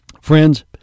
friends